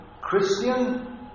Christian